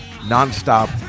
Non-stop